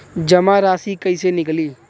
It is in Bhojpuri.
जमा राशि कइसे निकली?